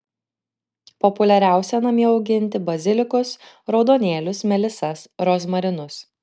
populiariausia namie auginti bazilikus raudonėlius melisas rozmarinus